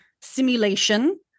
simulation